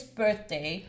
birthday